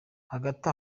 hagati